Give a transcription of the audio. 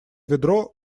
ведро